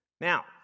Now